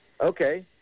okay